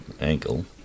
ankle